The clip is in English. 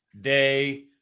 day